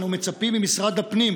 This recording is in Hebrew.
אנו מצפים ממשרד הפנים,